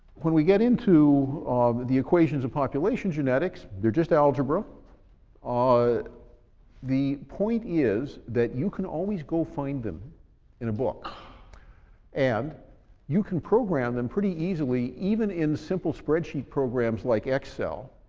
when we get into the equations of population genetics they're just algebra ah the point is that you can always go find them in a book and you can program them pretty easily, even in simple spreadsheet programs like excel,